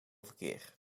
verkeer